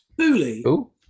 Booley